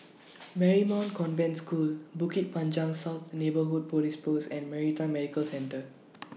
Marymount Convent School Bukit Panjang South Neighbourhood Police Post and Maritime Medical Centre